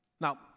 Now